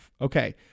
Okay